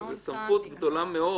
זו סמכות גדולה מאוד.